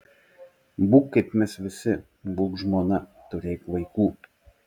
būk kaip mes visi būk žmona turėk vaikų